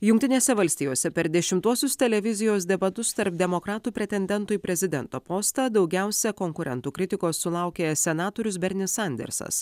jungtinėse valstijose per dešimtuosius televizijos debatus tarp demokratų pretendentų į prezidento postą daugiausia konkurentų kritikos sulaukė senatorius bernis sandersas